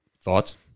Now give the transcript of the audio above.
Thoughts